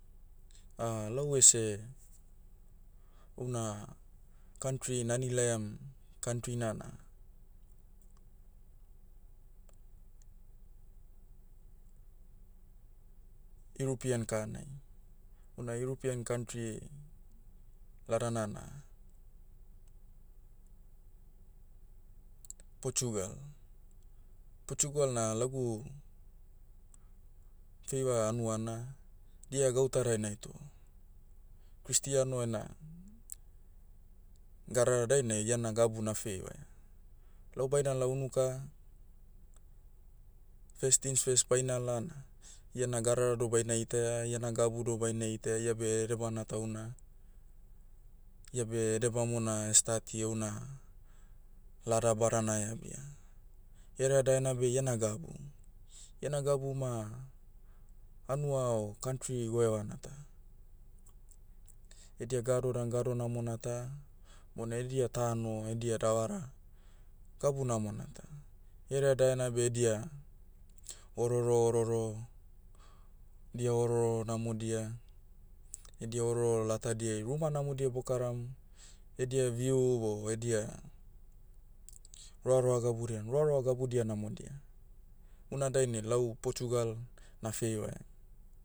lau ese, ouna, kantri nani laiam, kantrina na, irupien kanai. Houna irupien kantri, ladana na, portugal. Portugal na lagu, feiva hanuana, dia gauta dainai toh, kristiano ena, gadara dainai iana gabu na feivaia. Lau bainala unuka, first things first bainala na, iena gadara doh baina itaia iena gabu doh baina itaia iabe edebana tauna, iabe ede bamona stati ouna, lada badana eabia. Hereadaena beh iena gabu. Iena gabu ma, hanua o kantri goevana ta. Edia gado dan gado namona ta, bona edia tano edia davara, gabu namona ta. Hereadaena beh edia, ororo ororo, dia ororo namodia, edia ororo latadiai ruma namodia bokaram, edia view o edia, roaroa gabudian roaroa gabudia namodia. Una dainai lau portugal, na feivaia.